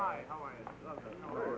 right right